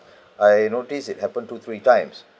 I noticed it happened two three times